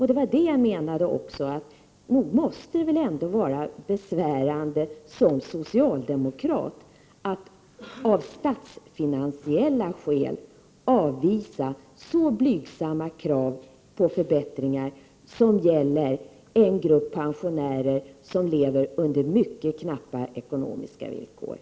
Det var det jag menade med att det ändå måste vara besvärande för en socialdemokrat att av statsfinansiella skäl avvisa så blygsamma krav på förbättringar, vilka gäller en grupp pensionärer som lever under mycket knappa ekonomiska förhållanden.